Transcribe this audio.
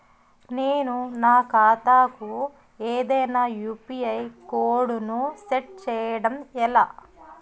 నేను నా ఖాతా కు ఏదైనా యు.పి.ఐ కోడ్ ను సెట్ చేయడం ఎలా?